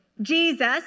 Jesus